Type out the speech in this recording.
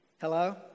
Hello